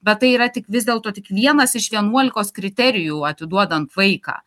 bet tai yra tik vis dėlto tik vienas iš vienuolikos kriterijų atiduodant vaiką